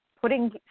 putting